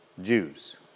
Jews